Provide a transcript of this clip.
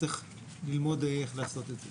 צריך ללמוד איך לעשות את זה.